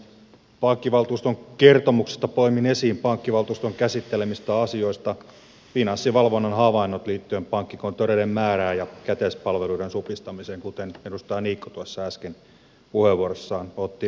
pankkivaltuuston kertomuksesta poimin esiin pankkivaltuuston käsittelemistä asioista finanssivalvonnan havainnot liittyen pankkikonttoreiden määrään ja käteispalveluiden supistamiseen kuten edustaja niikko tuossa äsken puheenvuorossaan otti esille